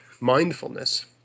mindfulness